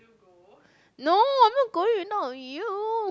no I'm not going not with you